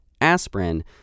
aspirin